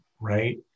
Right